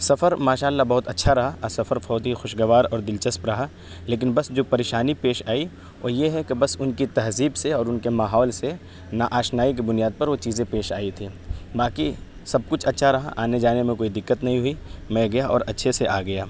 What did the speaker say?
سفر ماشاء اللّہ بہت اچّھا رہا اور سفر بہت ہی خوشگوار اور دلچسپ رہا لیکن بس جو پریشانی پیش آئی وہ یہ ہے کہ بس ان کی تہذیب سے اور ان کے ماحول سے نا آشنائی کی بنیاد پر وہ چیزیں پیش آئی تھیں باقی سب کچھ اچّھا رہا آنے جانے میں کوئی دِقّت نہیں ہوئی میں گیا اور اچّھے سے آ گیا